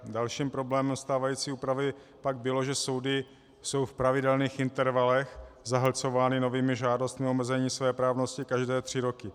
Dalším problémem stávající úpravy pak bylo, že soudy jsou v pravidelných intervalech zahlcovány novými žádostmi o omezení svéprávnosti každé tři roky.